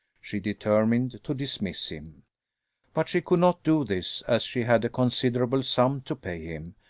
she determined to dismiss him but she could not do this, as she had a considerable sum to pay him,